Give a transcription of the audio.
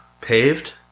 paved